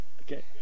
Okay